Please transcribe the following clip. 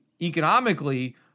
economically